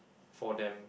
for them